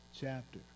chapter